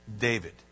David